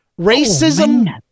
Racism